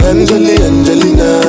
Angelina